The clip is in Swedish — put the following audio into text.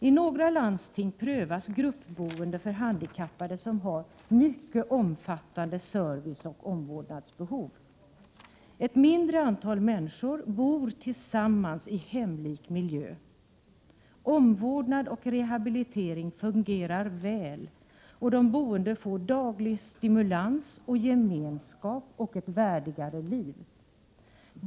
I några landsting prövas gruppboende för handikappade som har mycket — Prot. 1987/88:118 omfattande serviceoch omvårdnadsbehov. Ett mindre antal människor bor 10 maj 1988 tillsammans i hemlik miljö. Omvårdnad och rehabilitering fungerar väl, och Handikapgonsorga..3 de boende får daglig stimulans och gemenskap samt ett värdigare liv.